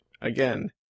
Again